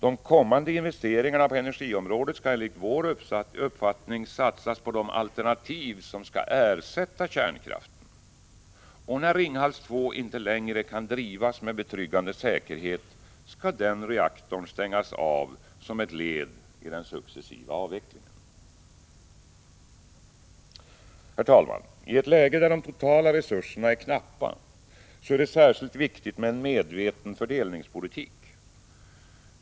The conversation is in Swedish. De kommande investeringarna på energiområdet skall enligt vår uppfattning satsas på de alternativ som skall ersätta kärnkraften. När Ringhals 2 inte längre kan drivas med betryggande säkerhet skall den reaktorn stängas av, som ett led i den successiva avvecklingen. Herr talman! I ett läge där de totala resurserna är knappa är det särskilt viktigt med en medveten fördelningspolitik.